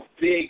big